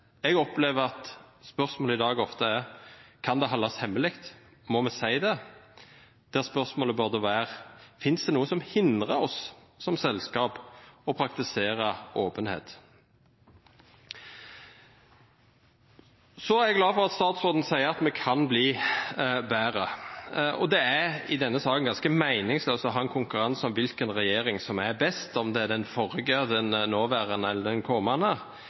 Jeg opplever at spørsmålet i dag ofte er: Kan det holdes hemmelig? Må vi si det? Spørsmålet burde være: Finnes det noe som hindrer oss som selskap i å praktisere åpenhet? Jeg er glad for at statsråden sier vi kan bli bedre. Det er i denne saken ganske meningsløst å ha en konkurranse om hvilken regjering som er best – om det er den forrige, den nåværende eller den